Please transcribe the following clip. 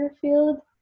field